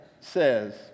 says